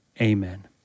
amen